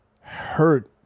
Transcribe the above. hurt